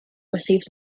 received